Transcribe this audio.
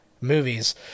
movies